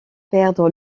perdre